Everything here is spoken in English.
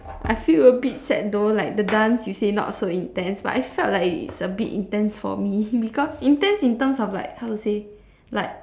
I feel a bit sad though like the dance you say not so intense but I felt like it is a bit intense for me because intense in terms of like how to say like